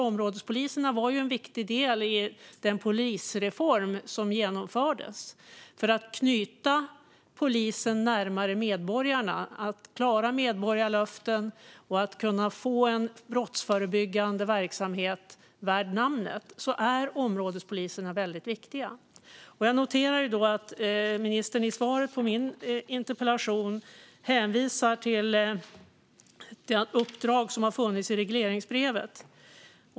Områdespoliserna var en viktig del i den polisreform som genomfördes. För att knyta polisen närmare medborgarna, klara medborgarlöften och kunna få en brottsförebyggande verksamhet värd namnet är områdespoliserna väldigt viktiga. Jag noterar att ministern i svaret på min interpellation hänvisar till det uppdrag som har funnits regleringsbrevet.